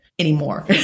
anymore